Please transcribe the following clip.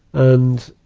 and,